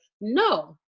No